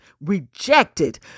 rejected